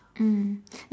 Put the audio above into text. mm